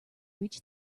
reach